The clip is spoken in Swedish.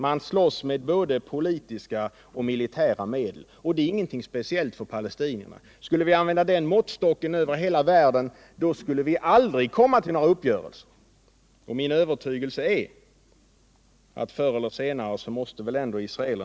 Man slåss med både politiska och militära medel, och det är ingenting speciellt för palestinierna. Skulle vi använda den måttstocken i hela världen, skulle vi aldrig komma till någon uppgörelse. Min övertygelse är att israelerna ändå förr eller senare måste krypa till korset.